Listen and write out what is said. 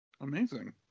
Amazing